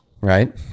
Right